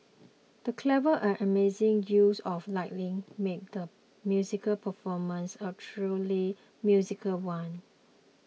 the clever and amazing use of lighting made the musical performance a truly musical one